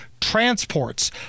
transports